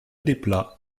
desplats